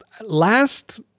last